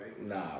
Nah